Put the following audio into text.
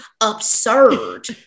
absurd